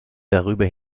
darüber